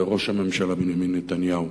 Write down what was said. לראש הממשלה בנימין נתניהו,